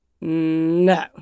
No